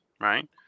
right